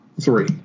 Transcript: three